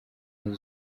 nazo